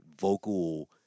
vocal